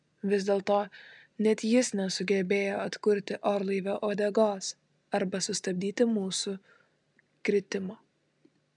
vis dėlto net jis nesugebėjo atkurti orlaivio uodegos arba sustabdyti mūsų kritimo